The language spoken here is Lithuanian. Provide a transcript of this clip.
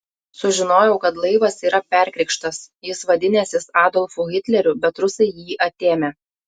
sužinojau kad laivas yra perkrikštas jis vadinęsis adolfu hitleriu bet rusai jį atėmę